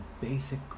basic